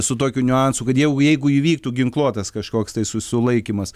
su tokiu niuansu kad jau jeigu įvyktų ginkluotas kažkoks tai susilaikymas